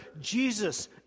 Jesus